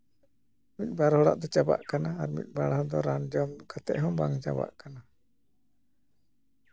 ᱢᱤᱫᱵᱟᱨ ᱦᱚᱲᱟᱜ ᱫᱚ ᱪᱟᱵᱟᱜ ᱠᱟᱱᱟ ᱟᱨ ᱢᱤᱫᱵᱟᱨ ᱦᱚᱲ ᱫᱚ ᱨᱟᱱ ᱡᱚᱢ ᱠᱟᱛᱮ ᱦᱚᱸ ᱵᱟᱝ ᱪᱟᱵᱟᱜ ᱠᱟᱱᱟ